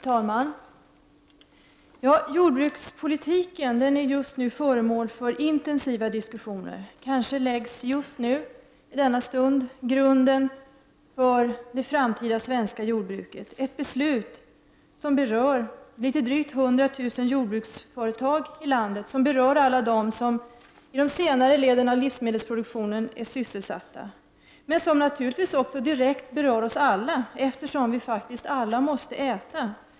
Fru talman! Jordbrukspolitiken är just nu föremål för intensiva diskussioner. Kanske läggs just nu grunden för det framtida svenska jordbruket, en process som berör drygt 100 000 jordbruksföretag i landet och alla dem som är sysselsatta med de senare leden i livsmedelsproduktionen. Men också vi alla andra berörs direkt, eftersom vi faktiskt alla måste äta.